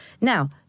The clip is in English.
now